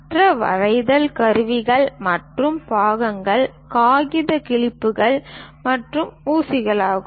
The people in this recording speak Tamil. மற்ற வரைதல் கருவிகள் மற்றும் பாகங்கள் காகித கிளிப்புகள் மற்றும் ஊசிகளாகும்